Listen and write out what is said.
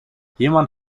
jemand